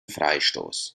freistoß